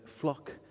flock